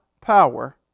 power